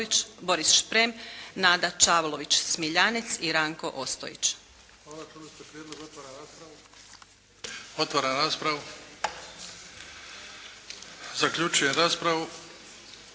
Boris Šprem, Nada Čavlović-Smiljanec i Ranko Ostojić.